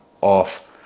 off